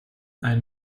ein